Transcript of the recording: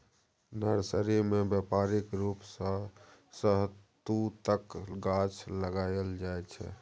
nursery मे बेपारिक रुप सँ शहतुतक गाछ लगाएल जाइ छै